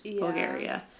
Bulgaria